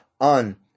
on